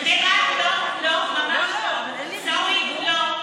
לא מצאת צדיק אחד שיעלה ויגיד משהו.